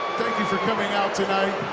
you for coming out tonight.